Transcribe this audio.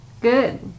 Good